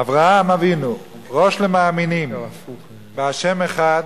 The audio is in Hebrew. אברהם אבינו, ראש למאמינים בה' אחד,